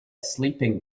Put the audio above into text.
sleeping